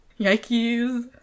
Yikes